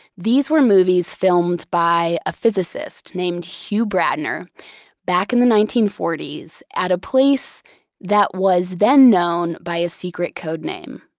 these were movies filmed by a physicist named hugh bradner back in the nineteen forty s at a place that was then known by a secret code name,